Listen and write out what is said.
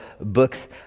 books